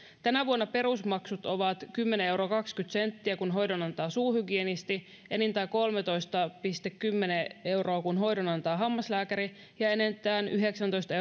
tänä vuonna perusmaksut ovat kymmenen pilkku kaksikymmentä euroa kun hoidon antaa suuhygienisti enintään kolmetoista pilkku kymmenen euroa kun hoidon antaa hammaslääkäri ja enintään yhdeksäntoista